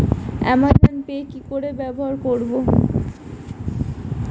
Amazon Pay কি করে ব্যবহার করব?